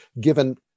given